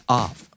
off